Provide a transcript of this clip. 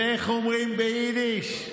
ואיך אומרים ביידיש?